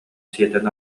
сиэтэн